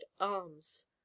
arms